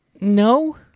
No